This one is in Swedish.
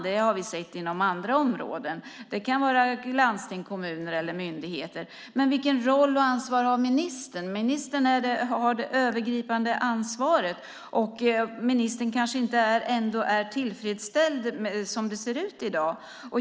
Det har vi sett inom andra områden. Det kan vara på landsting, kommuner eller myndigheter. Men vilken roll och vilket ansvar har ministern? Ministern har det övergripande ansvaret. Ministern kanske ändå inte är tillfreds som det ser ut i dag.